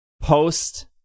post